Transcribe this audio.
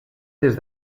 des